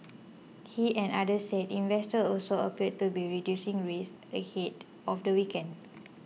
he and others said investors also appeared to be reducing risk ahead of the weekend